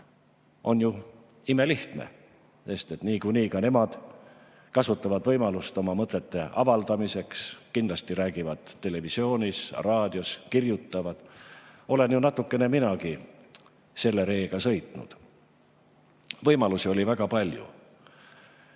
on ju imelihtne. Sest niikuinii ka nemad kasutavad võimalust oma mõtete avaldamiseks, kindlasti räägivad televisioonis ja raadios, kirjutavad. Olen ju natukene minagi selle reega sõitnud. Võimalusi oli väga palju.